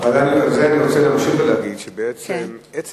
על זה אני רוצה להמשיך ולהגיד, שעצם